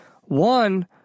One